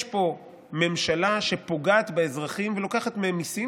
יש פה ממשלה שפוגעת באזרחים ולוקחת מהם מיסים,